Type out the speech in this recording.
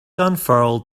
unfurled